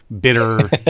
bitter